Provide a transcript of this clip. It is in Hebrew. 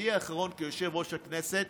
בתפקידי האחרון כיושב-ראש הכנסת,